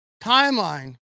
timeline